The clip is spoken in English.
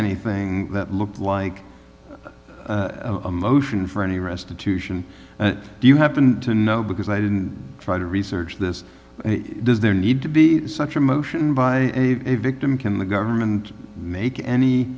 anything that looked like a motion for any restitution do you happen to know because i didn't try to research this does there need to be such a motion by a victim can the government make any